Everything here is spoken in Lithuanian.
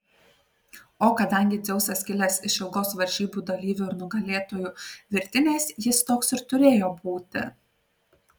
o kadangi dzeusas kilęs iš ilgos varžybų dalyvių ir nugalėtojų virtinės jis toks ir turėjo būti